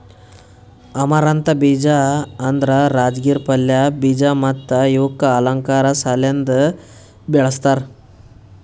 amaranth ಬೀಜ ಅಂದುರ್ ರಾಜಗಿರಾ ಪಲ್ಯ, ಬೀಜ ಮತ್ತ ಇವುಕ್ ಅಲಂಕಾರ್ ಸಲೆಂದ್ ಬೆಳಸ್ತಾರ್